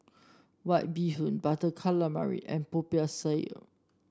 White Bee Hoon Butter Calamari and Popiah Sayur